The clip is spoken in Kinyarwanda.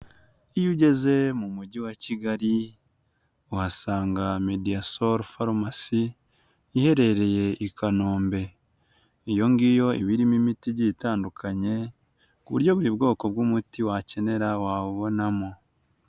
Iyo ugeze mu Mujyi wa Kigali, uhasanga mediya soru farumasi, iherereye i Kanombe, iyo ngiyo iba irimo imiti igiye itandukanye, ku buryo buri bwoko bw'umuti wakenera wawubonamo.